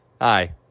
Hi